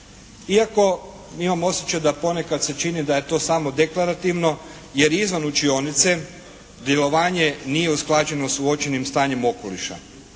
Iako imam osjećaj da ponekad se čini da je to samo deklarativno jer izvan učionice djelovanje nije usklađeno sa uočenim stanjem okoliša.